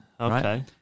Okay